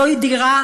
זו דירה